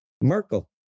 Merkel